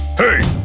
hey!